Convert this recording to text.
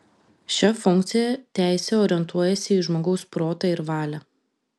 šia funkciją teisė orientuojasi į žmogaus protą ir valią